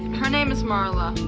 her name is marla.